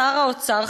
שר האוצר,